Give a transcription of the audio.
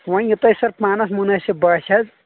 وۄنۍ یہِ تۄہہِ سَر پانَس مُنٲسِب باسہِ حظ